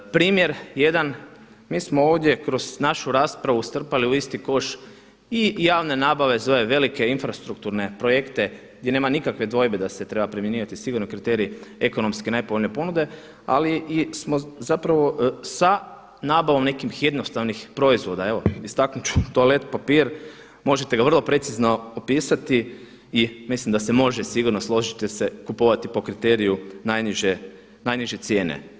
Primjer jedan, mi smo ovdje kroz našu raspravu strpali u isti koš i javne nabave za ove velike infrastrukturne projekte gdje nema nikakve dvojbe da se treba primjenjivati sigurni kriterij ekonomski najpovoljnije ponude, ali smo zapravo sa nabavom nekih jednostavnih proizvoda, evo istaknut ću toalet papir možete ga vrlo precizno opisati i mislim da se može sigurno složit ćete se, kupovati po kriteriju najniže cijene.